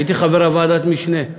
הייתי חבר ועדת המשנה.